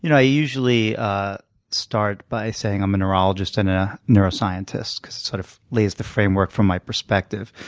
you know i usually ah start by saying i'm a neurologist and a neuroscientist because it sort of lays the framework for my perspective.